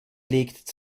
legt